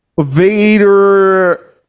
Vader